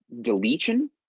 deletion